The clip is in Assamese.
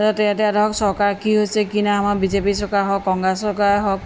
ইয়াত এতিয়া ধৰক চৰকাৰ কি হৈছে কি নাই আমাৰ বিজেপি চৰকাৰে হওক কংগ্ৰেছ চৰকাৰে হওক